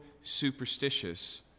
superstitious